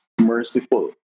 merciful